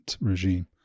regime